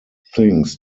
things